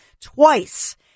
twice